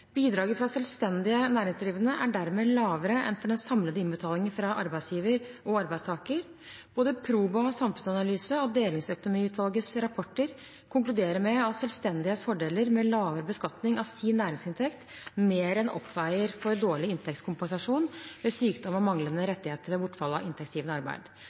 Bidraget fra selvstendig næringsdrivende er dermed lavere enn for den samlede innbetalingen fra arbeidsgiver og arbeidstaker. Både Proba Samfunnsanalyse og Delingsøkonomiutvalgets rapporter konkluderer med at selvstendig næringsdrivendes fordeler med lavere beskatning av sin næringsinntekt mer enn oppveier for dårlig inntektskompensasjon ved sykdom og manglende rettigheter ved bortfall av inntektsgivende arbeid.